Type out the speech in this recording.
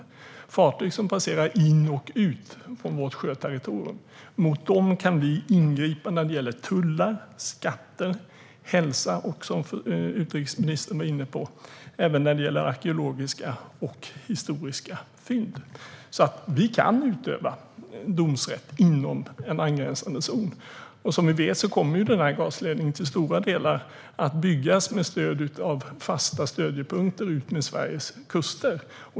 Mot fartyg som passerar in i och ut från vårt sjöterritorium kan vi ingripa med tullar, skatter, hälsa och - vilket utrikesministern var inne på - även när det gäller arkeologiska och historiska fynd. Vi kan utöva domsrätt inom en angränsande zon. Som vi vet kommer den här gasledningen i stora delar att byggas med stöd av fasta stödjepunkter utmed Sveriges kuster.